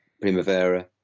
Primavera